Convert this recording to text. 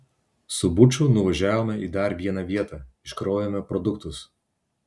su buču nuvažiavome į dar vieną vietą iškrovėme produktus